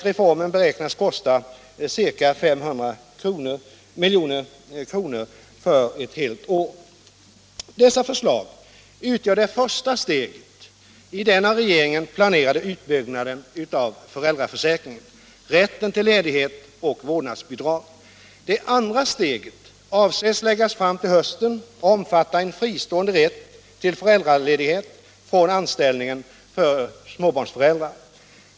Reformen beräknas kosta ca 500 milj.kr. för helt år. Dessa förslag utgör det första steget i den av regeringen planerade utbyggnaden av föräldraförsäkringen, rätten till ledighet och vårdnadsbidrag. Det andra steget avses läggas fram till hösten och omfatta en fristående rätt för småbarnsföräldrar till föräldraledighet från anställningen.